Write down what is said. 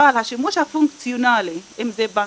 השימוש הפונקציונלי, אם זה בנקים,